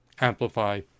amplify